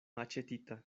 aĉetita